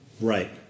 Right